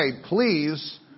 please